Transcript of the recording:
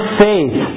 faith